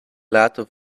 later